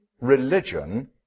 religion